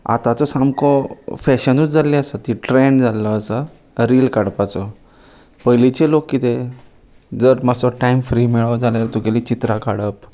आताचो सामको फॅशनूच जाल्ली आसा ती ट्रेंड जाल्लो आसा रील काडपाचो पयलींचे लोक कितें जर मातसो टायम फ्री मेळो जाल्यार तुगेली चित्रां काडप